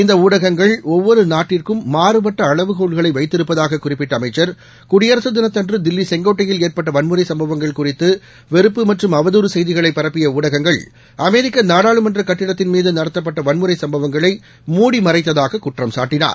இந்தஊடகங்கள் ஒவ்வொருநாட்டிற்கும் மாறுபட்டஅளவுகோள்களைவைத்திருப்பதாககுறிப்பிட்டஅமைச்சர் குடியரசுதினத்தன்றுதில்லிசெங்கொட்டையில் ஏற்பட்டவன்முறைசம்பவங்கள் குறித்துவெறப்பு மற்றும் அவதுாறுசெய்திகளைபரப்பியஉடைகங்கள் அமெரிக்கநாடாளுமன்றகட்டடத்தின் மீதுநடத்தப்பட்டவன்முறைசம்பவங்களை மூடிமறைத்ததாககுற்றம் சாட்டினார்